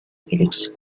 phillips